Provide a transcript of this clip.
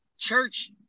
church